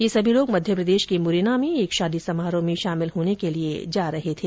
ये सभी लोग मध्यप्रदेश के मुरैना में एक शादी समारोह में शामिल होने के लिए जा रहे थे